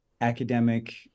academic